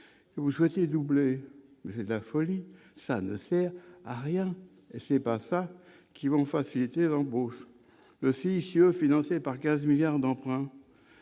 si vous souhaitez doublé, c'est de la folie, ça ne sert à rien et c'est pas ça qui vont faciliter l'embauche silicieux financé par 15 milliards d'emprunts,